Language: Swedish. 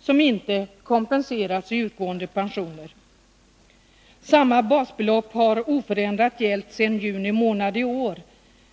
som då inte kompenseras i utgående pensioner. Samma basbelopp har oförändrat gällt sedan juni i år.